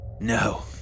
No